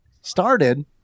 started